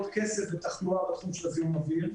כסף בתחלואה בתחום של זיהום האוויר.